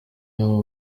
y’aba